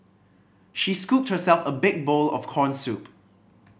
she scooped herself a big bowl of corn soup